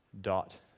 dot